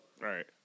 Right